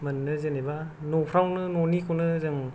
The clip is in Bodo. मोननो जेनेबा न'फ्रावनो न'निखौनो जों